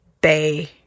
bay